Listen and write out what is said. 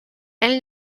elle